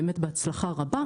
באמת בהצלחה רבה,